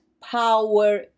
power